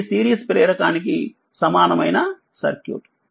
ఇది సిరీస్ ప్రేరకానికి సమానమైన సర్క్యూట్